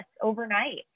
overnight